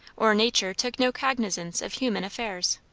or nature took no cognizance of human affairs.